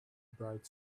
bright